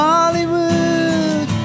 Hollywood